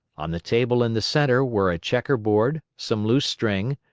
on the table in the centre were a checkerboard, some loose string,